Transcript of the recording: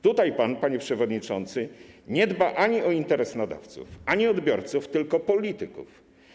Tutaj pan, panie przewodniczący, nie dba o interes ani nadawców, ani odbiorców, tylko polityków.